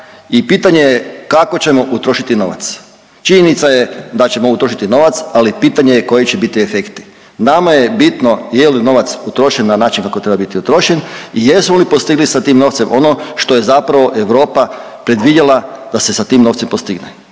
i pitanje je kako ćemo utrošiti novac. Činjenica je da ćemo utrošiti novac, ali pitanje je koji će biti efekti. Nama je bitno je li novac utrošen na način kako treba biti utrošen i jesmo li postigli sa tim novcem ono što je zapravo Europa predvidjela da se sa tim novcem postigne.